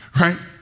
right